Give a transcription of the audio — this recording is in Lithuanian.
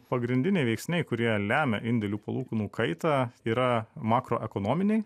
pagrindiniai veiksniai kurie lemia indėlių palūkanų kaitą yra makroekonominiai